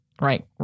right